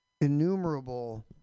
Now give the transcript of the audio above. innumerable